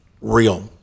real